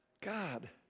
God